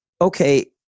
okay